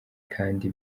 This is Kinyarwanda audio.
kandi